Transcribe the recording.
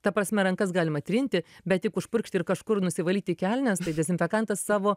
ta prasme rankas galima trinti bet tik užpurkšti ir kažkur nusivalyt į kelnes tai dezinfekantas savo